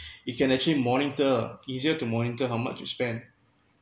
you can actually monitor easier to monitor how much you spent